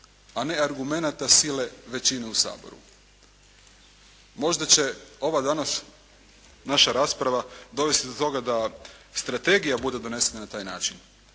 a ne argumenata sile većine u Saboru. Možda će ova današnja naša rasprava dovesti do toga da strategija bude donesena na taj način.